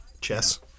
Chess